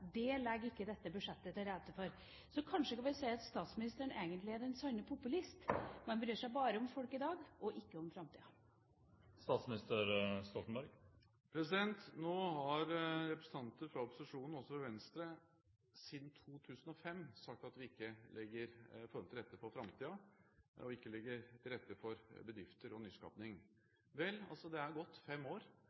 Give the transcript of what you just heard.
Det legger ikke dette budsjettet til rette for. Så kanskje kan vi si at statsministeren egentlig er den sanne populist? Man bryr seg bare om folk i dag, ikke om framtida. Nå har representanter fra opposisjonen, også fra Venstre, siden 2005 sagt at vi ikke legger forholdene til rette for framtiden og ikke legger til rette for bedrifter og nyskaping. Vel, det er gått fem år,